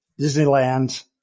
Disneyland